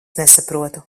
nesaprotu